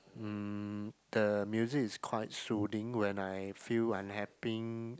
mm the music is quite soothing when I feel unhappy